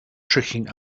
tricking